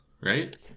right